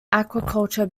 aquaculture